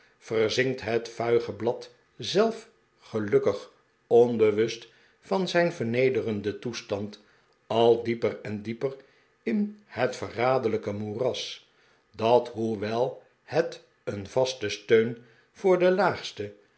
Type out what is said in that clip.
verzinkt net vuige blad zelf gelukkig onbewust van zijn vernederenden toestand al dieper en dieper in het verraderlijke moeras dat hoewel het een vasten steun voor de laagste